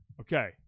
Okay